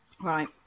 right